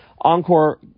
Encore